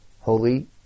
holy